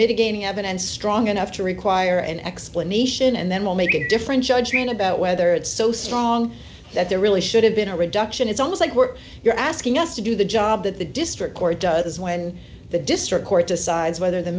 mitigating evidence strong enough to require an explanation and then we'll make a different judgment about whether it's so strong that there really should have been a reduction it's almost like we're you're asking us to do the job that the district court does when the district court decides whether the